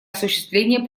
осуществления